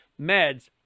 meds